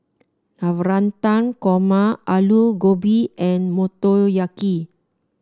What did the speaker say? Navratan Korma Alu Gobi and Motoyaki